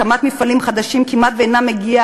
הקמת מפעלים חדשים כמעט שאינה מגיעה